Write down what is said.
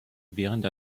während